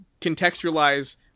contextualize